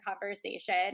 conversation